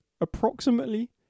approximately